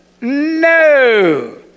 No